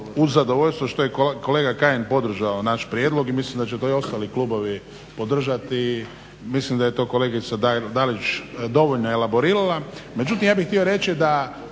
Uz zadovoljstvo što je kolega Kajin podržao naš prijedlog i mislim da će to i ostali klubovi podržati. Mislim da je to kolegica Dalić dovoljno elaborirala.